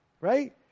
right